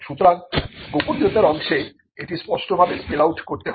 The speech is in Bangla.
সুতরাং গোপনীয়তার অংশে এটি স্পষ্টভাবে স্পেল আউট করতে হবে